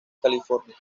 california